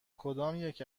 کدامیک